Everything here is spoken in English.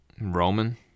Roman